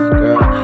girl